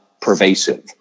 pervasive